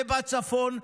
ובצפון,